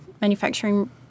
manufacturing